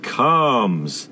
comes